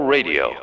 Radio